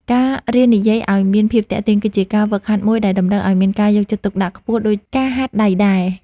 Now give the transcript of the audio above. ការរៀននិយាយឱ្យមានភាពទាក់ទាញគឺជាការហ្វឹកហាត់មួយដែលតម្រូវឱ្យមានការយកចិត្តទុកដាក់ខ្ពស់ដូចការហាត់ដៃដែរ។